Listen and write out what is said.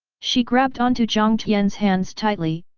she grabbed onto jiang tian's hands tightly,